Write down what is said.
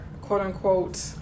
quote-unquote